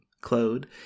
Claude